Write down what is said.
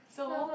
so